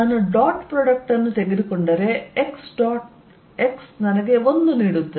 ನಾನು dot product ಅನ್ನು ತೆಗೆದುಕೊಂಡರೆ x ಡಾಟ್ x ನನಗೆ 1 ನೀಡುತ್ತದೆ